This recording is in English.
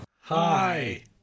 Hi